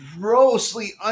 grossly